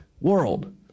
world